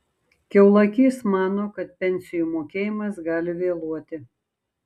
kiaulakys mano kad pensijų mokėjimas gali vėluoti